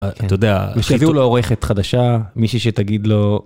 אתה יודע... ושיביאו לו עורכת חדשה, מישהיא שתגיד לו...